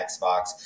Xbox